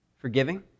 Forgiving